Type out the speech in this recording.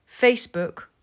Facebook